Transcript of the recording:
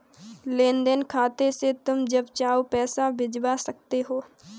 लेन देन खाते से तुम जब चाहो पैसा भिजवा सकते हो